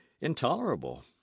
intolerable